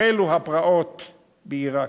החלו הפרעות בעירק.